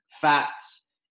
fats